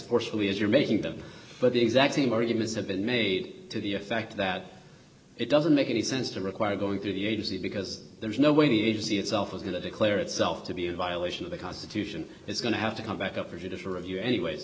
forcefully as you're making them but the exact same arguments have been made to the effect that it doesn't make any sense to require going to the agency because there's no way any agency itself is going to declare itself to be a violation of the constitution it's going to have to come back up or to sort of you anyway